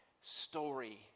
story